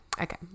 Okay